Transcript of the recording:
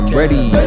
ready